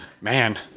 man